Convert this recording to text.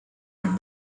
with